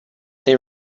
they